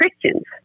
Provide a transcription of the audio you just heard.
Christians